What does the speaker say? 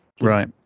Right